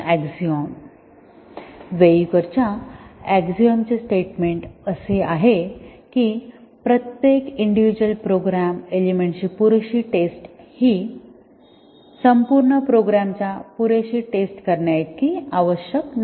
Weyukar च्या axiom चे statement असे आहे की प्रत्येक इंडिविज्युअल प्रोग्राम एलिमेंटची पुरेशी टेस्ट ही संपूर्ण प्रोग्रामच्या पुरेशी टेस्ट करण्याइतकी आवश्यक नाही